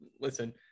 Listen